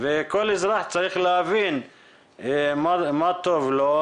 וכל אזרח צריך להבין מה טוב לו,